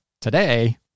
today